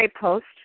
post